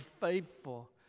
faithful